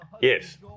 Yes